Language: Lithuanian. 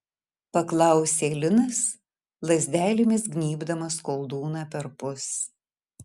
paklausė linas lazdelėmis gnybdamas koldūną perpus